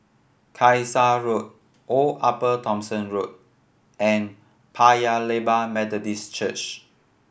Kasai Road Old Upper Thomson Road and Paya Lebar Methodist Church